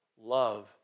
love